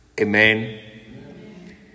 Amen